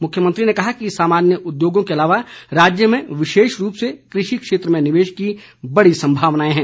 मुख्यमंत्री ने कहा कि सामान्य उद्योगों के अलावा राज्य में विशेष रूप से कृषि क्षेत्र में निवेश की बड़ी संभावनाएं हैं